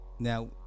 now